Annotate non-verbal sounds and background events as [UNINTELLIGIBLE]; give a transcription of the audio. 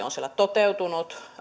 [UNINTELLIGIBLE] on siellä toteutunut